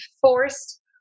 forced